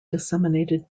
disseminated